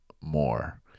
more